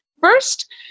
First